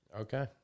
Okay